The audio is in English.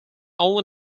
only